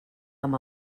amb